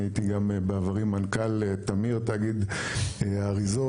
אני הייתי בעברי גם מנכ"ל תמיר תאגיד אריזות.